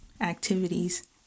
activities